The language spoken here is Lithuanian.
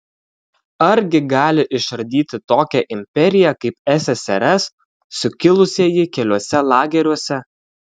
argi gali išardyti tokią imperiją kaip ssrs sukilusieji keliuose lageriuose